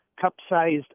cup-sized